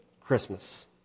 Christmas